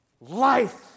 life